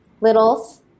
littles